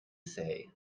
say